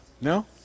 no